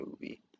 movie